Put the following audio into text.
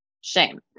shame